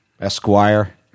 Esquire